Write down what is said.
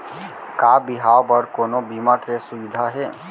का बिहाव बर कोनो बीमा के सुविधा हे?